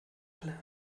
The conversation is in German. alle